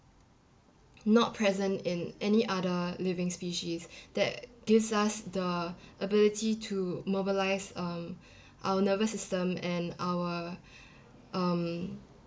not present in any other living species that gives us the ability to mobilise um our nervous system and our um